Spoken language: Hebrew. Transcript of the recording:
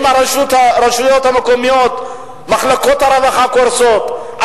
ברשויות המקומיות מחלקות הרווחה קורסות,